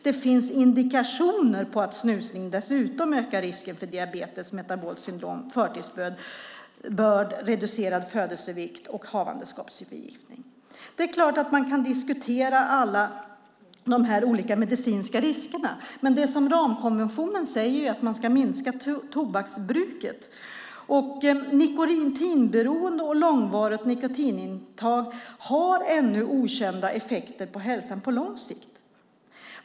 Det finns indikationer på att snusning dessutom ökar risken för diabetes, metabolt syndrom, förtidsbörd, reducerad födelsevikt och havandeskapsförgiftning." Det är klart att man kan diskutera de olika medicinska riskerna, men ramkonventionen säger ju att man ska minska tobaksbruket. Nikotinberoende och långvarigt nikotinintag har ännu okända effekter på hälsan på lång sikt.